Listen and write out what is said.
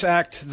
act